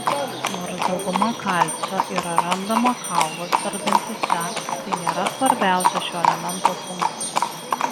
nors dauguma kalcio yra randama kauluose ir dantyse tai nėra svarbiausia šio elemento funkcija